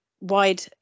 wide